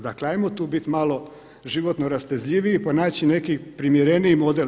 Dakle ajmo tu biti malo životno rastezljiviji pa naći neki primjereniji model.